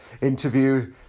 interview